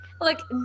Look